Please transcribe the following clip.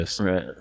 right